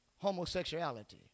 homosexuality